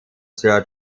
sir